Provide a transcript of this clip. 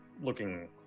looking